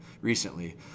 recently